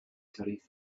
tarifa